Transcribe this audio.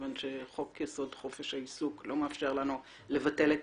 כיוון שחוק יסוד חופש העיסוק לא מאפשר לנו לבטל את